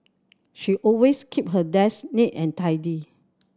she always keep her desk neat and tidy